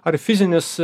ar fizinis